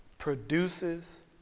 produces